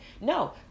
No